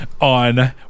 on